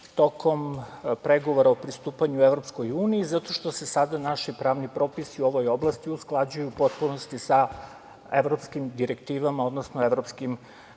tokom pregovora o pristupanju EU, zato što se sada naši pravni propisi u ovoj oblasti usklađuju u potpunosti sa evropskim direktivama, odnosno evropskim